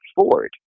Ford